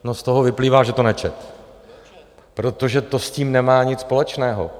No, z toho vyplývá, že to nečetl, protože to s tím nemá nic společného.